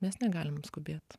mes negalim skubėt